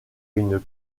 une